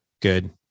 Good